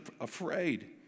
afraid